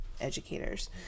educators